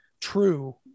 true